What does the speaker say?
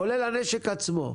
כולל הנשק עצמו,